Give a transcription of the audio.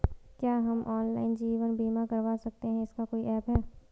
क्या हम ऑनलाइन जीवन बीमा करवा सकते हैं इसका कोई ऐप है?